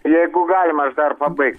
jeigu galima aš dar pabaigsiu